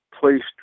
placed